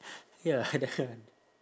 ya that one